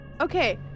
Okay